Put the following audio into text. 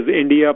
India